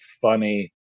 funny